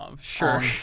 Sure